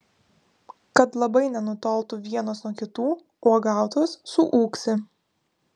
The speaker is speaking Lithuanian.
kad labai nenutoltų vienos nuo kitų uogautojos suūksi